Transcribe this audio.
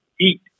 eat